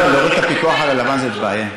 לא, להוריד את הפיקוח על הלבן זאת בעיה.